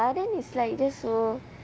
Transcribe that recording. then is like just so